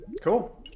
Cool